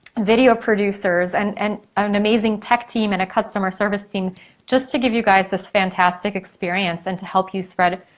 video producers and and an amazing tech team and a customer service team just to give you guys this fantastic experience and to help you spread,